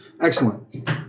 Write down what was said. Excellent